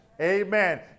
amen